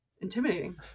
intimidating